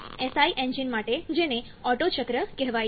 SI engine માટે જેને Otto ચક્ર કહેવાય છે